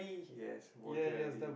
yes voter i_d